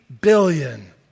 billion